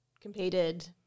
Competed